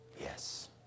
Yes